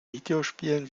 videospielen